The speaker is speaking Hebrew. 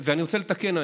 ואני רוצה לתקן,